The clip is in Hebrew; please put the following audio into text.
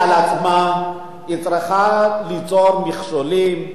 היא צריכה ליצור מכשולים,